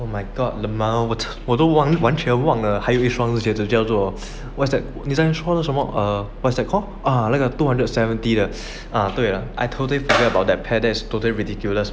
oh my god LMAO 我我都往完全忘了还有一双子双子这叫做 what's that 你刚才在说什么 err what's that called ah 那个 two hundred seventy 的 ah 对了 I totally forget about that pair that is totally ridiculous man